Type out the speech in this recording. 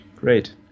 great